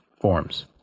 forms